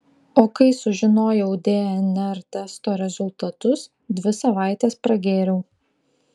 o kai sužinojau dnr testo rezultatus dvi savaites pragėriau